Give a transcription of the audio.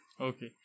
Okay